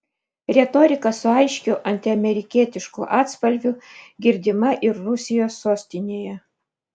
retorika su aiškiu antiamerikietišku atspalviu girdima ir rusijos sostinėje